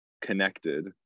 connected